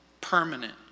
permanent